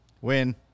Win